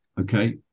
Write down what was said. okay